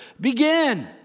begin